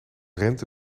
rente